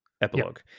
Epilogue